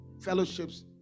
fellowships